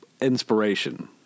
inspiration